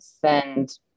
send